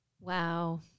Wow